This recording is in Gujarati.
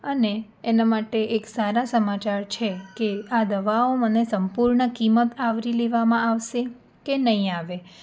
અને એના માટે એક સારા સમાચાર છે આ દવાઓ મને સંપૂર્ણ કિંમત આવરી લેવામાં આવશે કે નહીં આવે